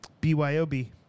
BYOB